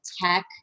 tech